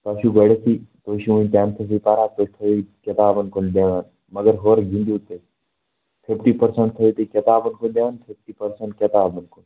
تۄہہِ چھُو گۄڈٮ۪تھٕے تُہۍ چھُو وۅنۍ ٹٮ۪نتھَسٕے پَران تُہۍ تھٲیِو کِتابَن کُن دِوان مگر ہورٕ گِنٛدِو تُہۍ فِفٹی پٔرسَنٛٹ تھٲیِو تُہۍ کِتابَن کُن دِوان فِفٹی پٔرسَنٛٹ کِتابَن کُن